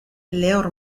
lehor